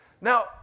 Now